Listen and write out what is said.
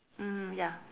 mmhmm ya